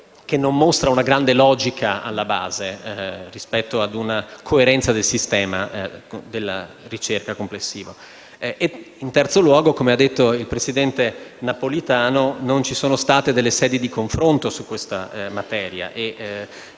che non mostra una grande logica alla base rispetto a una coerenza del sistema della ricerca complessivo. In terzo luogo, come ha detto il presidente Napolitano, non vi sono state delle sedi di confronto su questa materia.